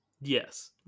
Yes